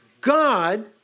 God